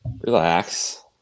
relax